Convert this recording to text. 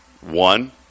One